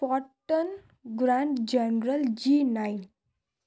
forten grand general G nine